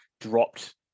dropped